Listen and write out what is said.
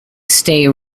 stay